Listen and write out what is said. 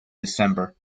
december